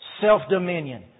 Self-dominion